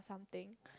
something